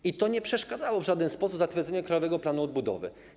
I to nie przeszkadzało w żaden sposób w zatwierdzeniu Krajowego Planu Odbudowy.